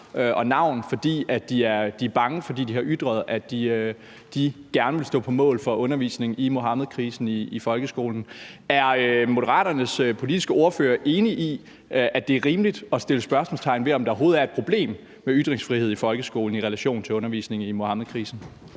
og navn, fordi de er bange, fordi de har ytret, at de gerne vil stå på mål for undervisning i Muhammedkrisen i folkeskolen. Er Moderaternes politiske ordfører enig i, at det er rimeligt at sætte spørgsmålstegn ved, om der overhovedet er et problem med ytringsfrihed i folkeskolen i relation til undervisning i Muhammedkrisen?